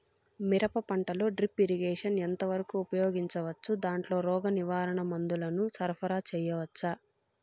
మిరప పంటలో drip irrigation ఎంత వరకు ఉపయోగించవచ్చు, దాంట్లో రోగ నివారణ మందుల ను సరఫరా చేయవచ్చా?